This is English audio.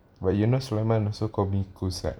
but you know sulaiman also call me kus right